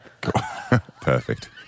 Perfect